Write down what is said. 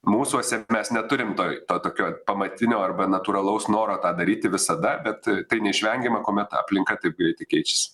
mūsuose mes neturim to to tokio pamatinio arba natūralaus noro tą daryti visada bet tai neišvengiama kuomet aplinka taip greitai keičiasi